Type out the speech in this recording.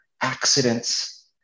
accidents